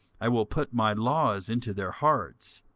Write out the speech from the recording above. i will put my laws into their hearts,